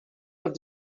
have